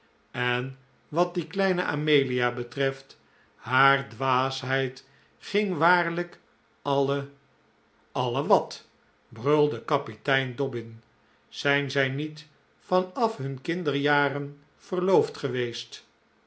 en wat die kleine amelia betreft haar dwaasheid ging waarlijk alle alle wat brulde kapitein dobbin zijn zij niet van af hun kinderjaren verloofd geweest